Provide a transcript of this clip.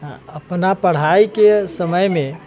अपना पढ़ाइके समयमे